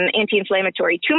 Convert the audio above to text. anti-inflammatory